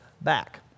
back